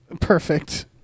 Perfect